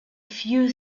few